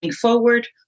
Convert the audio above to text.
forward